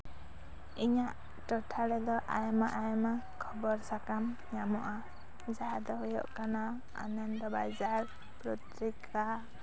ᱤᱧᱟᱹᱜ ᱴᱚᱴᱷᱟ ᱨᱮᱫᱚ ᱟᱭᱢᱟ ᱟᱭᱢᱟ ᱠᱷᱚᱵᱚᱨ ᱥᱟᱠᱟᱢ ᱧᱟᱢᱚᱜᱼᱟ ᱡᱟᱦᱟᱸ ᱫᱚ ᱦᱩᱭᱩᱜ ᱠᱟᱱᱟ ᱟᱱᱚᱱᱫᱚ ᱵᱟᱡᱟᱨ ᱯᱚᱛᱨᱤᱠᱟ